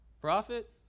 Profit